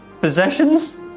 possessions